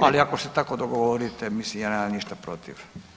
ali ako se tako dogovorite, mislim ja nemam ništa protiv.